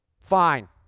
Fine